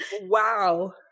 Wow